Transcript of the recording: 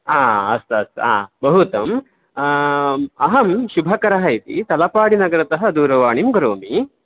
आम् अस्तु अस्तु आम् बहु उत्तमं अहं शुभकरः इति तलपाडिनगरतः दूरवाणीं करोमि